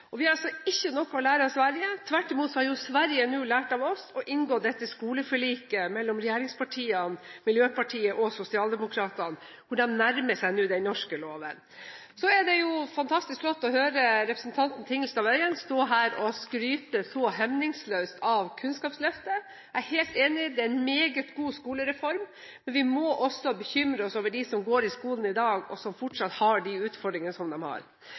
ikke noe å lære av Sverige, tvert imot har Sverige nå lært av oss og inngått et skoleforlik mellom regjeringspartiene, Miljöpartiet og Socialdemokraterna, hvor de nærmer seg den norske loven. Det er fantastisk flott å høre representanten Tingelstad Wøien stå her og skryte så hemningsløst av Kunnskapsløftet. Jeg er helt enig i at det er en meget god skolereform, men vi må også bekymre oss over de som går på skolen i dag, og som fortsatt har de utfordringene som de har.